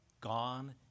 Gone